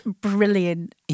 brilliant